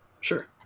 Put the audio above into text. Sure